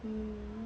hmm